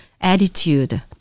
attitude